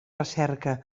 recerca